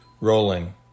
rolling